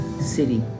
city